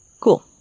cool